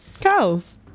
Cows